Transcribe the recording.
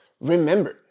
remember